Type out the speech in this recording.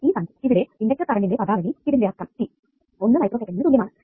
ഈ സഖ്യ ഇവിടെ ഇണ്ടക്ടർ കറണ്ടിന്റെ പദാവലി ഇതിന്റെ അർത്ഥം t 1 മൈക്രോ സെക്കന്റിനു തുല്യം ആണ്